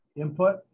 input